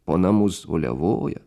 po namus uliavoja